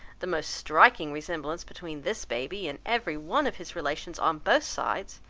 the most striking resemblance between this baby and every one of his relations on both sides,